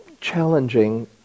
challenging